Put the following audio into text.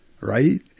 right